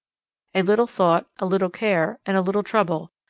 a little thought, a little care, and a little trouble,